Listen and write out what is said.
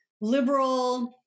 liberal